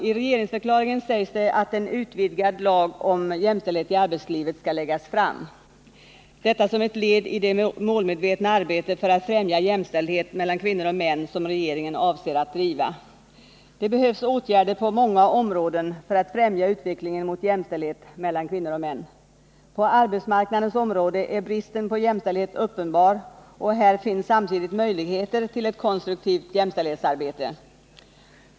I regeringsförklaringen sägs det att en utvidgad lag om jämställdhet i arbetslivet skall läggas fram, detta som ett led i det målmedvetna arbete för att främja jäms älldhet mellan kvinnor och män som regeringen avser att driva. Det behövs åtgärder på många områden för att främja utvecklingen mot jämställdhet mellan kvinnor och män. På arbetsmarknadens område är bristen på jämställdhet uppenbar och här finns samtidigt möjligheter till ett konstruktivt jämställdhetsarbete.